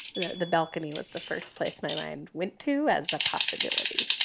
the the balcony was the first place my mind went to as a possibility,